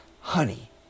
Honey